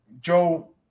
Joe